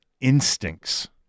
instincts